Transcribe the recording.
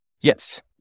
Yes